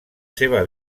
seva